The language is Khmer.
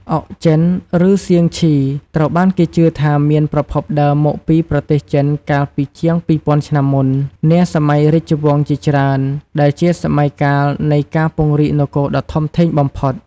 អុកចិន ឬ សៀងឈី ត្រូវបានគេជឿថាមានប្រភពដើមមកពីប្រទេសចិនកាលពីជាង ២០០០ ឆ្នាំមុន នាសម័យរាជវង្សជាច្រើន ដែលជាសម័យកាលនៃការពង្រីកនគរដ៏ធំធេងបំផុត។